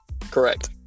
Correct